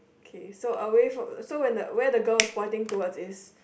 K so away from so when the where the girl's pointing towards is